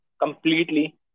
completely